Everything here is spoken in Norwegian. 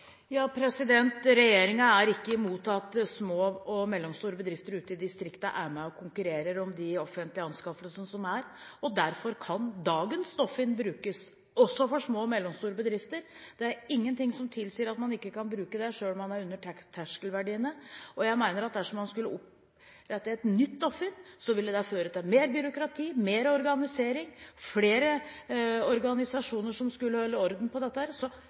er ikke mot at små og mellomstore bedrifter ute i distriktene er med og konkurrerer om de offentlige anskaffelsene som er. Derfor kan dagens Doffin brukes også for små og mellomstore bedrifter. Det er ingenting som tilsier at man ikke kan bruke det selv om man er under terskelverdiene. Jeg mener at dersom man skulle opprettet et nytt Doffin, ville det føre til mer byråkrati, mer organisering og flere organisasjoner som skulle holde orden på dette her.